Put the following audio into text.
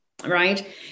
right